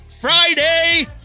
Friday